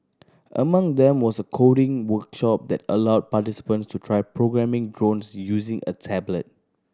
among them was a coding workshop that allowed participants to try programming drones using a tablet